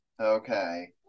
Okay